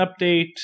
update